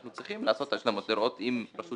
אנחנו צריכים לעשות השלמות ולראות אם רשות